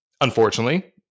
Unfortunately